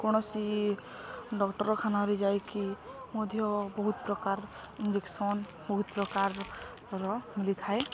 କୌଣସି ଡାକ୍ତରଖାନାରେ ଯାଇକି ମଧ୍ୟ ବହୁତ ପ୍ରକାର ଇଞ୍ଜେକ୍ସନ୍ ବହୁତ ପ୍ରକାରର ମିଲିଥାଏ